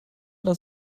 das